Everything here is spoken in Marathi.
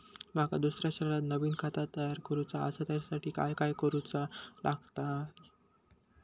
माका दुसऱ्या शहरात नवीन खाता तयार करूचा असा त्याच्यासाठी काय काय करू चा लागात?